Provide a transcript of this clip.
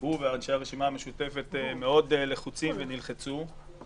שהוא והרשימה המשותפת מאוד לחוצים ונלחצו.